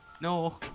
No